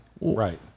Right